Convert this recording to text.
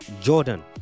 jordan